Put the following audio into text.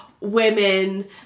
Women